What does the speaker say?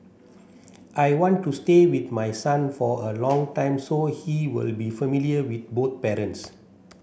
I want to stay with my son for a long time so he will be familiar with both parents